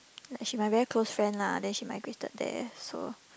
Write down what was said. she's my very close friend lah then she migrated there so